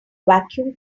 vacuum